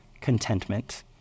contentment